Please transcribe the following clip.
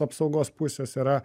apsaugos pusės yra